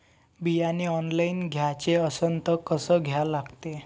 बियाने ऑनलाइन घ्याचे असन त कसं घ्या लागते?